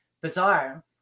bizarre